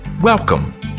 Welcome